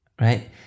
Right